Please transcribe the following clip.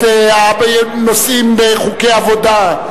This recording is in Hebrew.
נושאים בחוקי עבודה,